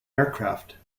aircraft